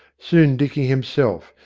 soon dicky himself,